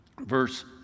verse